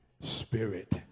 Spirit